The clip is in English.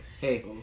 hey